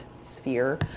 sphere